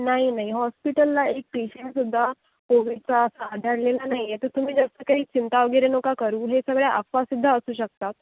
नाही नाही हॉस्पिटला एक पेशन्टसुद्धा कोविडचा आढळलेला नाही तर तुम्ही जास्त काही चिंता वगैरे नका करू हे सगळ्या अफवासुद्धा असू शकतात